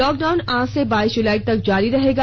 lockdown आज से बाइस जुलाई तक जारी रहेगा